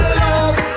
love